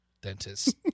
dentist